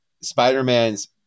Spider-Man's